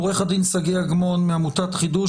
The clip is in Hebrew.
עו"ד שגיא אגמון מעמותת חדו"ש,